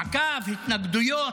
מעקב, התנגדויות.